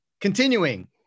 Continuing